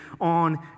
on